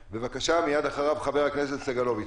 מייד אחריו חבר הכנסת סגלוביץ'.